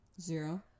Zero